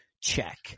check